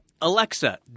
Alexa